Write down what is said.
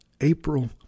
April